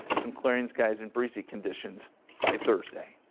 some clearing skies and breezy conditions by thursday.